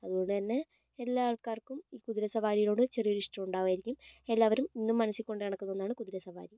അതുകൊണ്ടു തന്നെ എല്ലാ ആൾക്കാർക്കും ഈ കുതിര സവാരീനോട് ചെറിയ ഒരു ഇഷ്ടമുണ്ടാകുവായിരിക്കും എല്ലാവരും ഇന്നും മനസ്സിൽ കൊണ്ട് നടക്കുന്ന ഒന്നാണ് ഈ കുതിര സവാരി